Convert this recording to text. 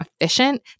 efficient